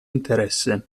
interesse